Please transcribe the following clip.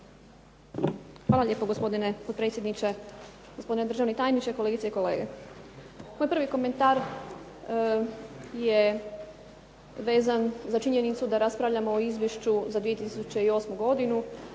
Hvala lijepo gospodine potpredsjedniče, gospodine državni tajniče, kolegice i kolege. Moj prvi komentar je vezan za činjenicu da raspravljamo o Izvješću za 2008. godinu,